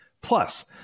Plus